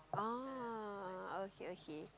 oh okay okay